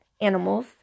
animals